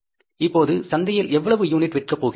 இப்போது சந்தையில் எவ்வளவு யூனிட் விற்கப் போகிறோம்